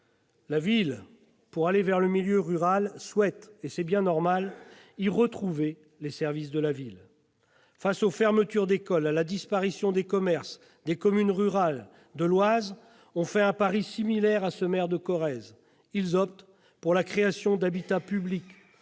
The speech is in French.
la ville pour aller vers le milieu rural souhaitent- et c'est bien normal -y retrouver les services de la ville. Face aux fermetures d'écoles et à la disparition des commerces, des communes rurales de l'Oise ont fait un pari similaire à ce maire de Corrèze. Ils ont opté pour la création d'habitats publics,